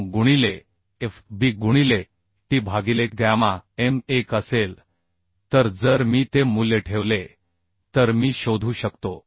9 गुणिले fu b गुणिले t भागिले गॅमा m1 असेल तर जर मी ते मूल्य ठेवले तर मी शोधू शकतो